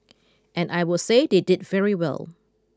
and I will say they did very well